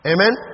Amen